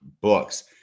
books